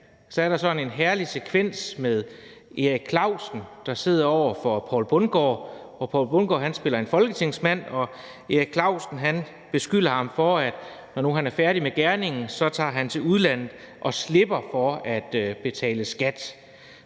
en sådan en herlig sekvens med Erik Clausen, der sidder over for Poul Bundgaard. Poul Bundgaard spiller en folketingsmand, og Erik Clausen beskylder ham for at tage til udlandet for at slippe for at betale skat,